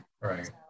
right